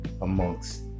Amongst